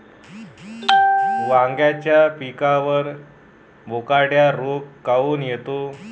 वांग्याच्या पिकावर बोकड्या रोग काऊन येतो?